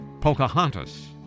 Pocahontas